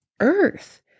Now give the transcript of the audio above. earth